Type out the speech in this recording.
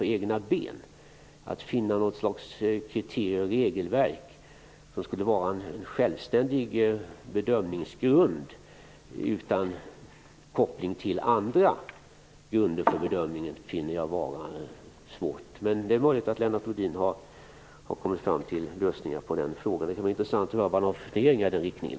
Jag skulle finna det svårt att hitta något slags kriterium och regelverk som skulle kunna utgöra en självständig bedömningsgrund utan koppling till andra grunder för bedömningen. Men det är möjligt att Lennart Rohdin har kommit fram till svaret på den frågan. Det kan vara intressant att höra vad han har för funderingar i den riktningen.